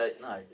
No